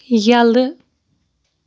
یلہٕ